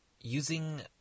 using